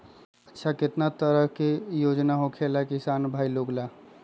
अच्छा कितना तरह के योजना होखेला किसान भाई लोग ला?